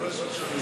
הוא בבית.